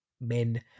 men